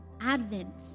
Advent